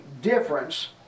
difference